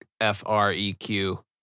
F-R-E-Q